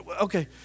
okay